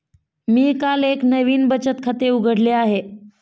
मी काल एक नवीन बचत खाते उघडले आहे